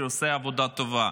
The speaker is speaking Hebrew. שעושה עבודה טובה.